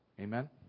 Amen